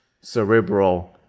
cerebral